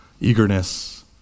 eagerness